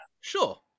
sure